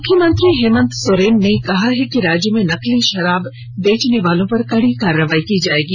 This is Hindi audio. मुख्यमंत्री हेमन्त सोरेन ने कहा है कि राज्य में नकली शराब बेचने वालों पर कड़ी कार्रवाई की जाएगी